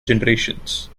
generations